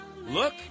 Look